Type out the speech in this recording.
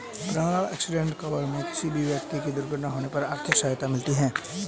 personal accident cover में किसी भी व्यक्ति की दुर्घटना होने पर आर्थिक सहायता मिलती है